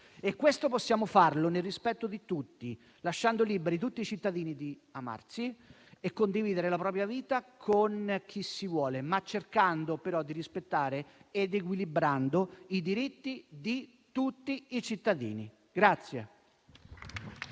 Questo possiamo farlo nel rispetto di tutti, lasciando liberi tutti i cittadini di amarsi e condividere la propria vita con chi si vuole, cercando però di rispettare ed equilibrare i diritti di tutti i cittadini.